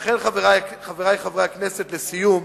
לכן, חברי חברי הכנסת, לסיום,